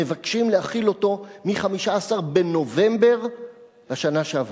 מבקשים להחיל אותו מ-15 בנובמבר בשנה שעברה.